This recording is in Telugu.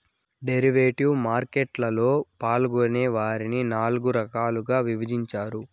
డెరివేటివ్ మార్కెట్ లలో పాల్గొనే వారిని నాల్గు రకాలుగా విభజించారు